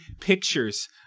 pictures